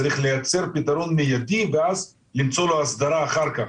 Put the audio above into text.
צריך לייצר פתרון מיידי ואז למצוא לו הסדרה אחר כך,